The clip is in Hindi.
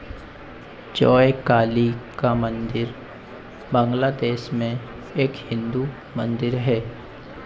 जय काली का मन्दिर बांग्लादेश में एक हिन्दू मंदिर है